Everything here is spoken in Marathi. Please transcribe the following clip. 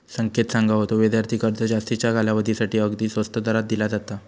संकेत सांगा होतो, विद्यार्थी कर्ज जास्तीच्या कालावधीसाठी अगदी स्वस्त दरात दिला जाता